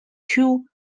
two